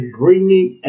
bringing